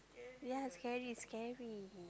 ya scary it's scary